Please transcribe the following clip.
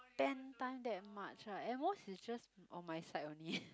spend time that much ah at most is just on my side only